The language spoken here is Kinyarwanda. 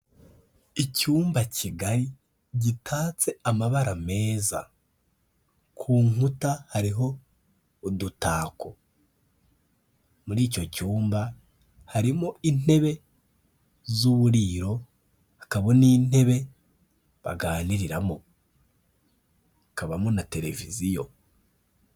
Icyumba kigari gitatse amabara meza, ku nkuta hariho udutako, muri icyo cyumba harimo intebe z'uburiro, hakaba n'intebe baganiriramo, hakabamo na televiziyo.